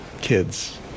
kids